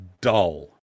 dull